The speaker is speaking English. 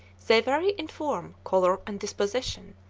they vary in form, color, and disposition,